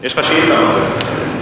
יש לך שאילתא נוספת.